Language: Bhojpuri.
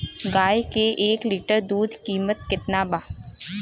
गाय के एक लीटर दूध कीमत केतना बा?